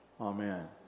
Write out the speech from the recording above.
Amen